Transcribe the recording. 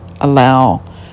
allow